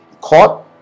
court